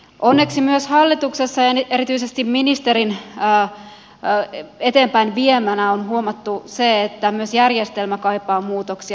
onneksi myös hallituksessa ja erityisesti ministerin eteenpäinviemänä on huomattu se että myös järjestelmä kaipaa muutoksia